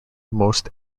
most